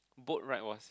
boat ride was